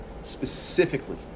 specifically